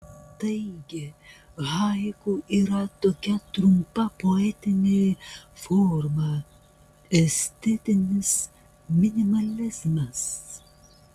taigi haiku yra tokia trumpa poetinė forma estetinis minimalizmas